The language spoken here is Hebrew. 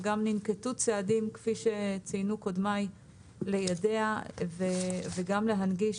וגם ננקטו צעדים כפי שציינו קודמיי ליידע וגם להנגיש